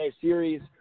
series